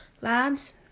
Labs